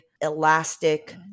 elastic